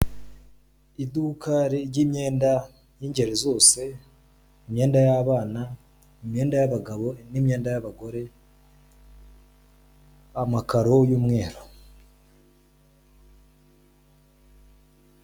Iduka ry'imyenda y'ingeri zose, imyenda y'abana, imyenda y'abagabo n'imyenda y'abagore, amakaro y'umweru.